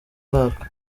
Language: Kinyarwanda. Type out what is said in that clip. mwaka